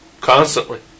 constantly